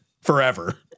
forever